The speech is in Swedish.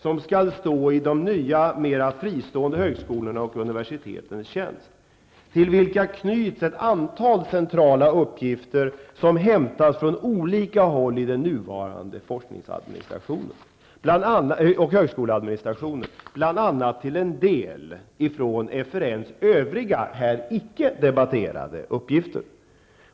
Den skall stå i de nya, mera fristående högskolornas och universitetens tjänst. Till dem knyts ett antal centrala uppgifter som hämtas från olika håll i den nuvarande forskningsadministrationen och högskoladministrationen, bl.a. till en del från FRNs övriga uppgifter, som här icke debatterats.